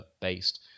based